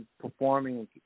performing